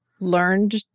learned